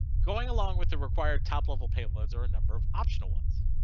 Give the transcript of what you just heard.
going along with the required top level payloads or a number of optional ones.